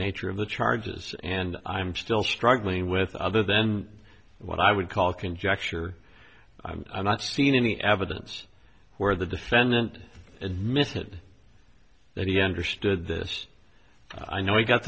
nature of the charges and i'm still struggling with other than what i would call conjecture i'm not seen any evidence where the defendant admitted that he understood this i know we've got